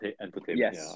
entertainment